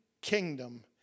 kingdom